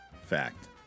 Fact